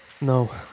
No